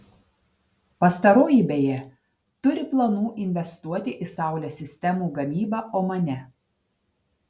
pastaroji beje turi planų investuoti į saulės sistemų gamybą omane